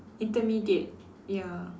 intermediate ya